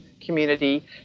community